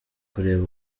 kureba